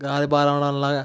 గాలి బాగా రావడం వల్ల